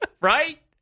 Right